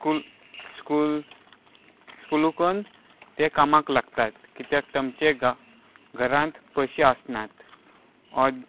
school school school करून ते कामाक लागतात कित्याक तांचे घरांत पयशे आसनात अर्द